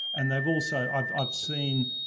and they've also, i've, i've seen,